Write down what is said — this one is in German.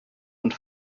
und